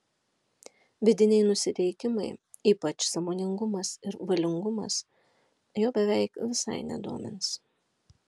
vidiniai nusiteikimai ypač sąmoningumas ir valingumas jo beveik visai nedomins